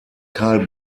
karl